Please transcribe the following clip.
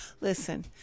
listen